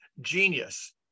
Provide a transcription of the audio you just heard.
genius